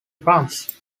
france